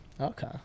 Okay